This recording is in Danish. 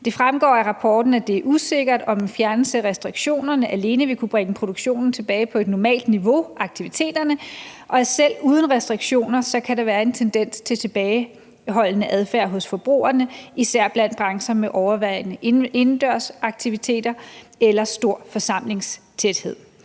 Det fremgår af rapporten, at det er usikkert, om en fjernelse af restriktionerne alene vil kunne bringe produktionen tilbage på et normalt niveau for aktiviteterne, og at selv uden restriktioner kan der være en tendens til en tilbageholdende adfærd hos forbrugerne, især blandt brancher med overvejende indendørs aktiviteter eller stor forsamlingstæthed.